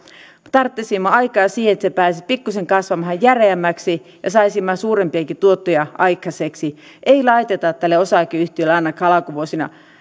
tarvitsisimme aikaa siihen että se pääsisi pikkusen kasvamaan järeämmäksi ja saisimme suurempiakin tuottoja aikaiseksi ei laiteta tälle osakeyhtiölle ainakaan alkuvuosina